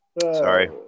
Sorry